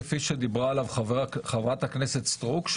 כפי שדיברה עליו חברת הכנסת סטרוק,